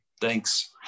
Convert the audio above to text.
Thanks